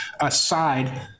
aside